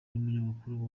n’umunyamakuru